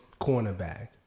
cornerback